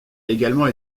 également